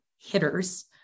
Hitters